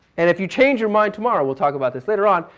and if you change your mind tomorrow, we'll talk about this later on,